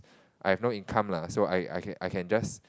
I've no income lah so I I can I can just